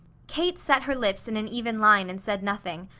kate set her lips in an even line and said nothing,